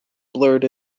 blurred